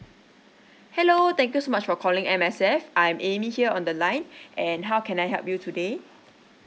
hello thank you so much for calling M_S_F I'm amy here on the line and how can I help you today